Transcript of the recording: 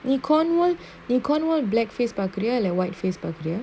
நீ:nee cornwall நீ:nee cornwall black face பாக்குரியா இல்ல:paakuriyaa illa white face பாக்குரியா:paakuriyaa